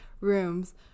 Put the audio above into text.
rooms